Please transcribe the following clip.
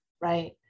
Right